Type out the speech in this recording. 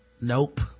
Nope